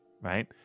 right